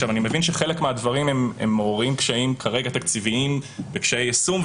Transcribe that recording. אני מבין שחלק מהדברים מעוררים קשיים תקציביים כרגע וקשיי יישום,